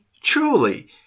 truly